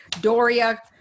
Doria